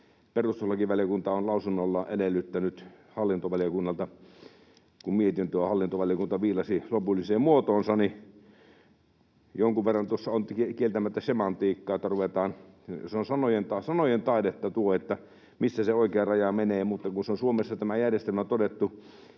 perustuslakivaliokunta on lausunnollaan edellyttänyt hallintovaliokunnalta, kun mietintöä hallintovaliokunta viilasi lopulliseen muotoonsa. Jonkun verran tuossa on kieltämättä semantiikkaa, että ruvetaan... Se on sanojen taidetta tuo, että missä se oikea raja menee, mutta se on Suomessa tämä järjestelmä todettu